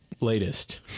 latest